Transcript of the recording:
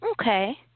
Okay